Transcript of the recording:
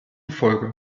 folge